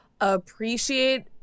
appreciate